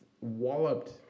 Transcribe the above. walloped